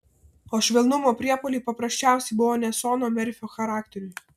o švelnumo priepuoliai paprasčiausiai buvo ne sono merfio charakteriui